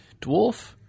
dwarf